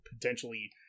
potentially